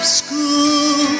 school